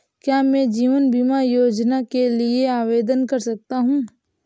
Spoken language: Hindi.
क्या मैं जीवन बीमा योजना के लिए आवेदन कर सकता हूँ?